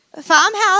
farmhouse